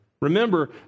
Remember